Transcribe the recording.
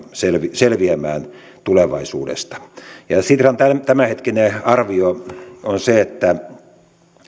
selviämään tulevaisuudesta sitran tämänhetkinen arvio on se että